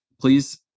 Please